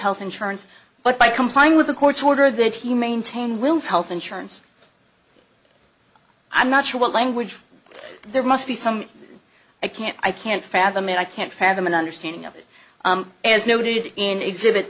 health insurance but by complying with the court's order that he maintain wills health insurance i'm not sure what language there must be some i can't i can't fathom it i can't fathom an understanding of it as noted in exhibit